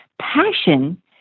Passion